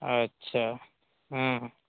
अच्छा ह्म्म